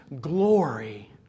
glory